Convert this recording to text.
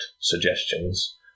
suggestions